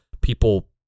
people